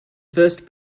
first